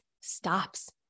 stops